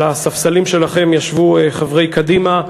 על הספסלים שלכם ישבו חברי קדימה.